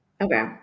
Okay